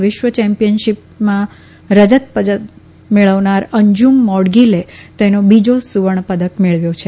વિશ્વ ચેમ્પીયન શીપમાં રજત પદક મેળવનાર અંજુમ મૌડગીલે તેનો બીજા સુવર્ણ પદક મેળવ્યો છે